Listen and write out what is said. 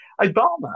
Obama